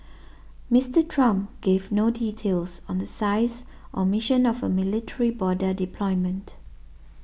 Mister Trump gave no details on the size or mission of a military border deployment